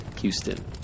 Houston